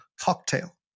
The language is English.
cocktail